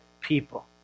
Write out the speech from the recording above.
people